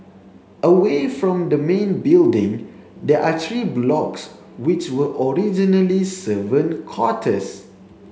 away from the main building there are three blocks which were originally servant quarters